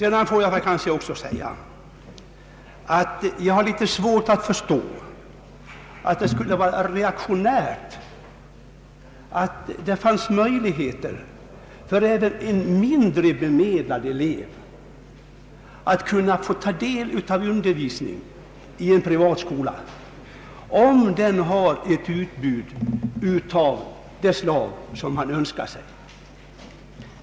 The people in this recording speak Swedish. Låt mig också säga att jag har svårt att förstå att det skulle vara reaktionärt att önska att det fanns möjligheter för även en mindre bemedlad elev att få ta del av undervisningen i en privat skola, om skolan i fråga har ett utbud av sådan utbildning som vederbörande önskar sig.